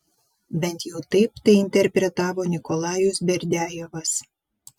bent jau taip tai interpretavo nikolajus berdiajevas